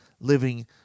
living